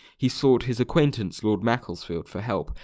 he sought his acquaintance lord macclesfield for help,